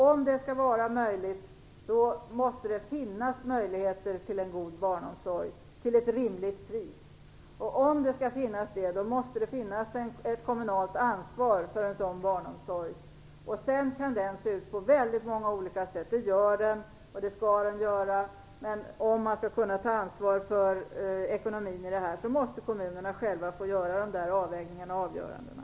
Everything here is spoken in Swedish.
Om det skall vara möjligt måste det finnas möjligheter till en god barnomsorg till ett rimligt pris. Då måste det också finnas ett kommunalt ansvar för en sådan barnomsorg. Den kan se ut på väldigt många olika sätt - det gör den, och det skall den göra. Men om man skall kunna ta ansvar för ekonomin i det här fallet måste kommunerna själva få göra de avvägningarna och ta de avgörandena.